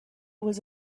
was